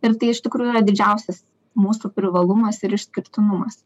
ir tai iš tikrųjų yra didžiausias mūsų privalumas ir išskirtinumas